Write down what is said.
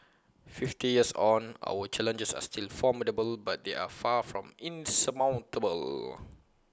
fifty years on our challenges are still formidable but they are far from insurmountable